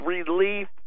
Relief